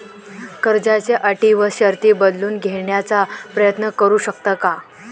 कर्जाच्या अटी व शर्ती बदलून घेण्याचा प्रयत्न करू शकतो का?